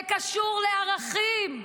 זה קשור לערכים,